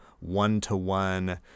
one-to-one